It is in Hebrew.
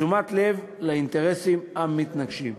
ובתשומת לב לאינטרסים המתנגשים.